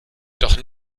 doch